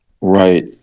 Right